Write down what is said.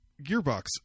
Gearbox